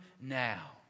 now